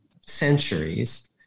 centuries